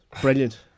Brilliant